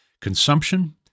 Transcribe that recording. consumption